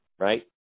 right